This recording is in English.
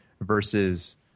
versus